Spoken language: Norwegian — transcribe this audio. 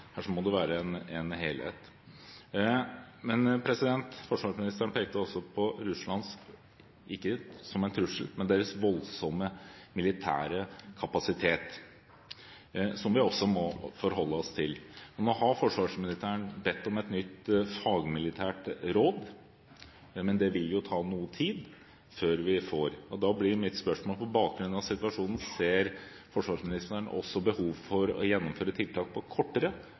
må det være en helhet. Forsvarsministeren pekte også på Russlands voldsomme militære kapasitet – ikke som en trussel – som vi også må forholde oss til. Nå har forsvarsministeren bedt om et nytt fagmilitært råd, men det vil ta noe tid før vi får det. Og da blir mitt spørsmål: På bakgrunn av situasjonen, ser forsvarsministeren også behov for å gjennomføre tiltak på kortere